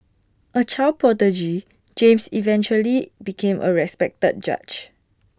A child prodigy James eventually became A respected judge